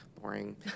Boring